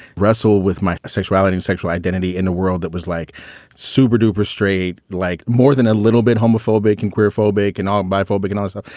wrestle with my sexuality and sexual identity in a world that was like superduper straight, like more than a little bit homophobic and queer phobic and all bi phobic. and i was. ah